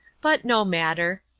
but no matter.